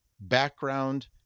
background